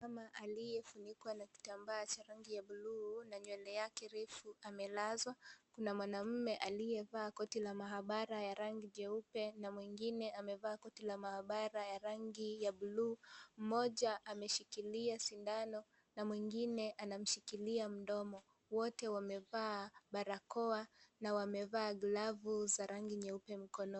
Mama aliyefunikwa na kitambaa cha rangi ya bluu na nywele yake refu amelazwa , kuna mwanaume aliyevaa koti la maabara ya rangi jeupe na mwengine amevaa koti la maabara ya rangi ya bluu. Mmoja ameshikilia sindano na mwengine anamshikilia mdomo. Wote wamevaa barakoa na wamevaa glavu za rangi nyeupe mkononi.